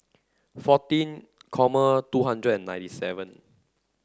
fourteen common two hundred and ninety seven